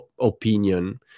opinion